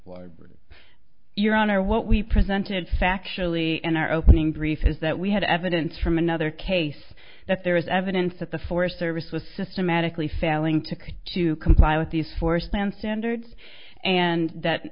your your honor what we presented factually and our opening brief is that we had evidence from another case that there is evidence that the forest service was systematically failing to come to comply with these forced plan standards and that